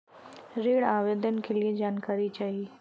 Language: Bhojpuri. ऋण आवेदन के लिए जानकारी चाही?